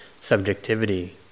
subjectivity